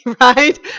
right